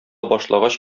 башлагач